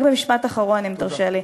רק משפט אחרון, אם תרשה לי.